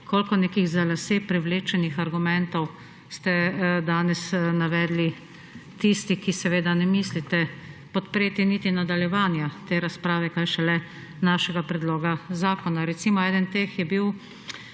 koliko nekih za lase privlečenih argumentov ste danes navedli tisti, ki ne mislite podpreti niti nadaljevanja te razprave, kaj šele našega predloga zakona. Recimo, eden teh je bil: